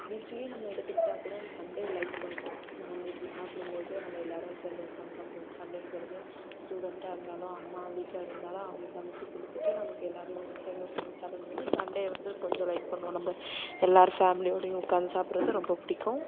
weekly நம்ம எடுத்துக்கிட்டால் கூட சண்டே லைக் பண்ணுவோம் நான்வெஜ்ஜி சாப்பிடும் போது நம்ம எல்லோரும் சேர்ந்து உட்காந்து சாப்பிடுவோம் சண்டேங்கிறது ஸ்டூடெண்ட்டாக இருந்தாலும் அம்மா வீட்டில் இருந்தாலும் அவங்க சமைத்து கொடுத்துட்டு நமக்கு எல்லோரையும் சேர்ந்து சமைத்து சாப்பிடும் போது சண்டே வந்து கொஞ்சம் லைக் பண்ணுவோம் நம்ம எல்லோரும் ஃபேமிலியோடயும் உட்காந்து சாப்பிட்றது ரொம்ப பிடிக்கும்